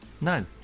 No